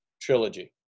trilogy